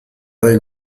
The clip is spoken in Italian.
del